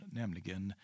nämligen